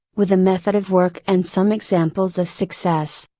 with a method of work and some examples of success.